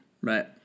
Right